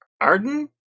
Arden